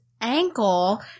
ankle